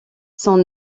son